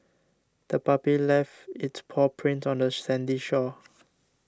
the puppy left its paw prints on the sandy shore